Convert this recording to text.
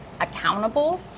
accountable